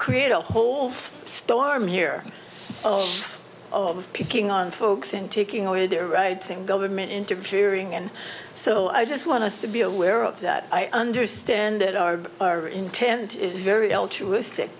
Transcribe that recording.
create a whole storm here of picking on folks and taking away their rights and government interfering and so i just want us to be aware of that i understand that our our intent is very